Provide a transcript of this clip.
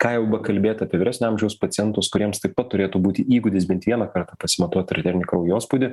ką jau bekalbėt apie vyresnio amžiaus pacientus kuriems taip pat turėtų būti įgūdis bent vieną kartą pasimatuot arterinį kraujospūdį